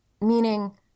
Meaning